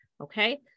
okay